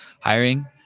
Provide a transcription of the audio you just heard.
hiring